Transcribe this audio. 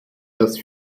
das